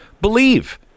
believe